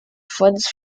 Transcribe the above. funds